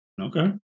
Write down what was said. Okay